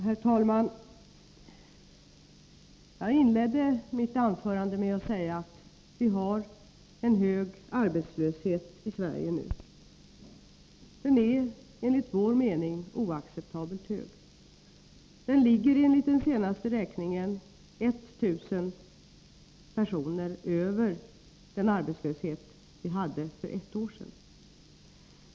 Herr talman! Jag inledde mitt anförande med att säga att vi har en hög arbetslöshet i Sverige nu. Den är enligt vår mening oacceptabelt hög. Den ligger enligt den senaste beräkningen 1 000 personer över den arbetslöshet vi hade för ett år sedan.